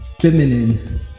feminine